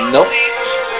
Nope